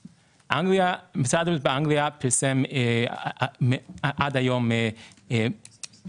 משרד הבריאות באנגליה פרסם עד היום שמונה